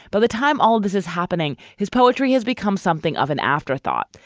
but the time all this is happening, his poetry has become something of an afterthought.